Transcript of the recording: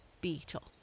beetle